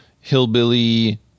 hillbilly